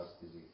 disease